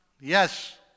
Yes